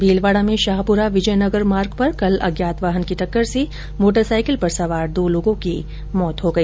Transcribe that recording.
भीलवाडा में शाहपुरा विजयनगर मार्ग पर कल अज्ञात वाहन की टक्कर से मोटरसाईकिल पर सवार दो लोगों की मौत हो गई